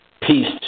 Peace